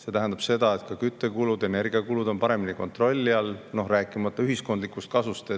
See tähendab seda, et küttekulud, energiakulud on paremini kontrolli all, rääkimata ühiskondlikust kasust